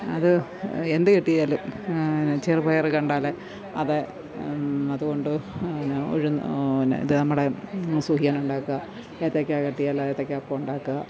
അത് എന്ത് കിട്ടിയാലും ചെറുപയര് കണ്ടാലെ അതെ അതുകൊണ്ട് ഉഴുന്ന് പിന്നെ ഇത് നമ്മുടെ സുഖിയൻ ഉണ്ടാക്കുക ഏത്തക്ക കിട്ടിയാല് ഏത്തക്കഅപ്പം ഉണ്ടാക്കുക